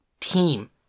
team